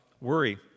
worry